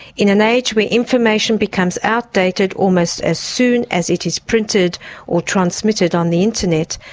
in an age where information becomes outdated almost as soon as it is printed or transmitted on the internet,